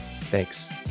Thanks